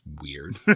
weird